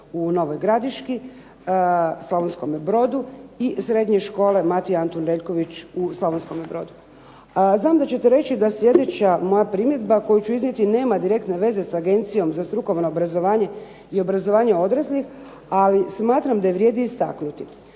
u Novoj Gradiški, Slavonskome Brodu i Srednje škole Matija-Antun Reljković u Slavonskome Brodu. Znam da ćete reći da sljedeća moja primjedba nema direktne veze sa Agencije za strukovno obrazovanje i obrazovanje odraslih, ali smatram da je vrijedi istaknuti.